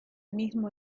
mismo